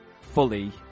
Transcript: fully